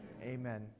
Amen